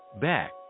back